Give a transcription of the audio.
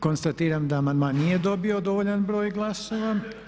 Konstatiram da amandman nije dobio dovoljan broj glasova.